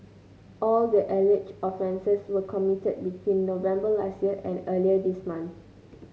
all the alleged offences were committed between November last year and earlier this month